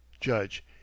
Judge